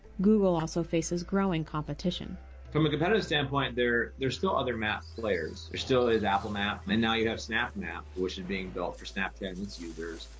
google also faces growing competition from a competitive standpoint there. there. there's still other map players. there still is apple map and now you have snap map, which is being built for snapchat and its users.